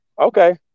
Okay